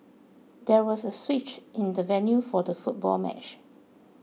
there was a switch in the venue for the football match